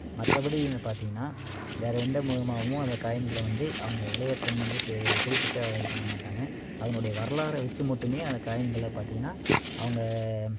மற்றப்படின்னு பார்த்திங்கன்னா வேற எந்த மூலமாகவும் அந்த காயின்களை வந்து அவங்க விலையேற்றம் வந்து செய் குறிப்பிட்ட அளவு இது பண்ண மாட்டாங்கள் அதனுடைய வரலாறை வச்சி மட்டுமே அந்த காயின்களை பார்த்திங்கன்னா அவங்க